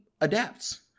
adapts